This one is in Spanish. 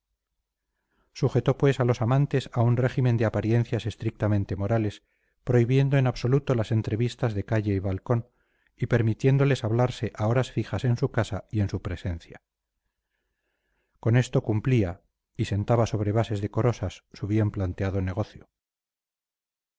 sujetó pues a los amantes a un régimen de apariencias estrictamente morales prohibiendo en absoluto las entrevistas de calle y balcón y permitiéndoles hablarse a horas fijas en su casa y en su presencia con esto cumplía y sentaba sobre bases decorosas su bien planeado negocio